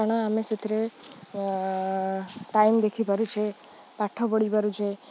କାରଣ ଆମେ ସେଥିରେ ଟାଇମ୍ ଦେଖିପାରୁଛେ ପାଠ ପଢ଼ିପାରୁଛେ